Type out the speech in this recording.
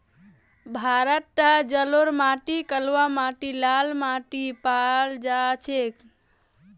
भारतत जलोढ़ माटी कलवा माटी लाल माटी पाल जा छेक